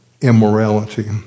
immorality